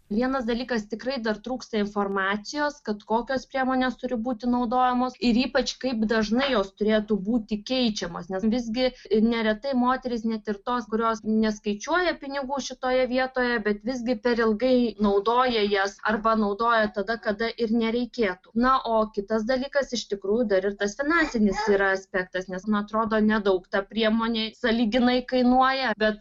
vienas dalykas tikrai dar trūksta informacijos kad kokios priemonės turi būti naudojamos ir ypač kaip dažnai jos turėtų būti keičiamos nes visgi neretai moterys net ir tos kurios neskaičiuoja pinigų šitoje vietoje bet visgi per ilgai naudoja jas arba naudoja tada kada ir nereikėtų na o kitas dalykas iš tikrųjų dar ir tas finansinis aspektas nes man atrodo nedaug ta priemonė sąlyginai kainuoja bet